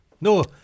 No